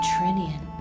Trinian